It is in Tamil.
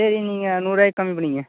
சரி நீங்கள் நூறுபாக்கி கம்மி பண்ணிக்கிங்க